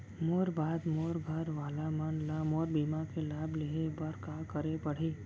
मोर बाद मोर घर वाला मन ला मोर बीमा के लाभ लेहे बर का करे पड़ही?